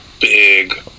big